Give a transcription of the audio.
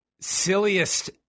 silliest